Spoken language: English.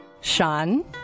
Sean